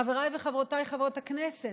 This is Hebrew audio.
חבריי וחברותיי חברות הכנסת,